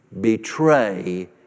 betray